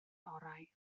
orau